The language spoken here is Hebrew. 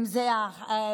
אם זו מערכת